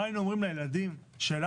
מה היינו אומרים לילדים שלנו,